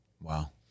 Wow